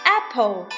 Apple